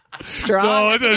strong